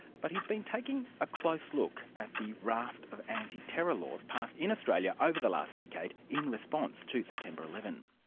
but he's been taking a close look at the raft of anti-terror laws passed, in australia, over the last decade, in response to september eleven.